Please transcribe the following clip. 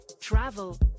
travel